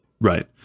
right